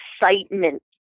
excitement